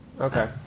Okay